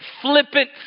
flippant